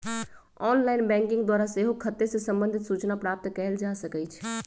online banking द्वारा सेहो खते से संबंधित सूचना प्राप्त कएल जा सकइ छै